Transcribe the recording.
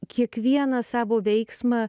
kiekvieną savo veiksmą